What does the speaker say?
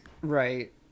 Right